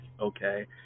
okay